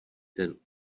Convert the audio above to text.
ten